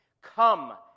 Come